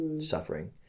suffering